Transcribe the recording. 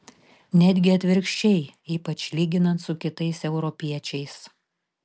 netgi atvirkščiai ypač lyginant su kitais europiečiais